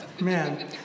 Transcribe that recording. man